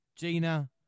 Gina